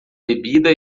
bebida